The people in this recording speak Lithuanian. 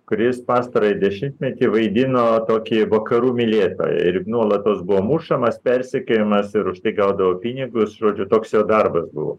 kur jis pastarąjį dešimtmetį vaidino tokį vakarų mylėtoją ir nuolatos buvo mušamas persekiojamas ir už tai gaudavo pinigus žodžiu toks jo darbas buvo